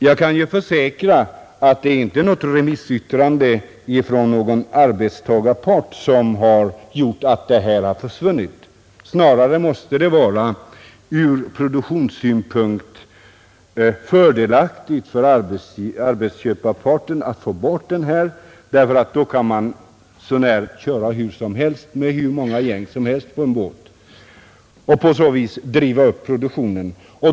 Jag kan försäkra att det inte är på grund av något remissyttrande från arbetstagarparten som denna paragraf har försvunnit — snarare måste det från produktionssynpunkt vara fördelaktigt för arbetsköparparten att få bort den. Då kan man nämligen köra med hur många gäng som helst på en båt och på så sätt driva upp produktionen.